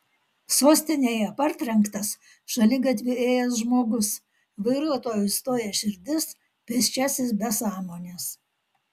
sostinėje partrenktas šaligatviu ėjęs žmogus vairuotojui stoja širdis pėsčiasis be sąmonės